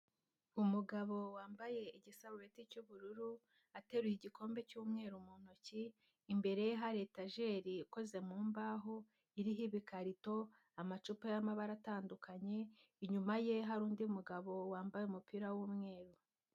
Umugabo wambaye igisarubeti cy'ubururu, ateruye igikombe cy'umweru mu ntoki, imbere ye hari etajeri ikoze mu mbaho iriho ibikarito, amacupa y'amabara atandukanye, inyuma ye hari undi mugabo wambaye umupira w'umweru.